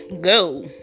go